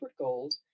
Gold